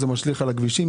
משליך על הכבישים,